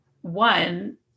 one